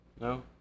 No